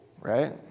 right